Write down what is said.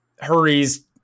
hurries